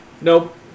Nope